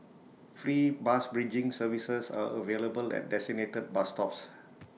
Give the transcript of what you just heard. free bus bridging services are available at designated bus stops